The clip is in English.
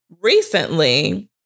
recently